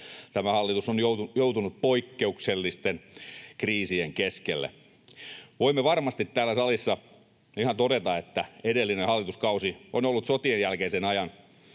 tämä hallitus on joutunut poikkeuksellisten kriisien keskelle. Voimme varmasti täällä salissa ihan todeta, että edellinen hallituskausi on ollut sotien jälkeisen ajan